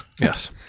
Yes